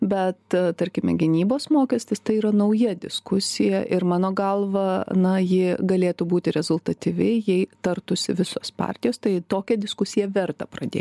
bet tarkime gynybos mokestis tai yra nauja diskusija ir mano galva na ji galėtų būti rezultatyvi jei tartųsi visos partijos tai tokią diskusiją verta pradė